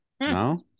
No